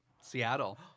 Seattle